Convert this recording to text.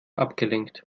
abgelenkt